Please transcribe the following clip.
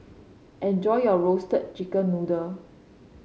enjoy your Roasted Chicken Noodle